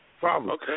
Problem